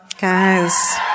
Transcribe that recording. guys